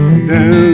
down